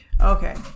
okay